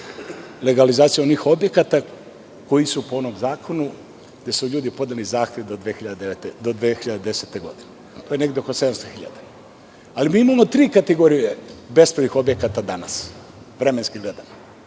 legalizaciju onih objekata koji su po onom zakonu gde su ljudi podneli zahtev do 2010. godine, to je negde oko 700 hiljada. Ali, mi imamo tri kategorije bespravnih objekata danas, vremenski gledano.